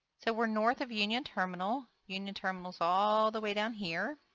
so we are north of union terminal. union terminal is all the way down here.